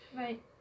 right